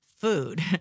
food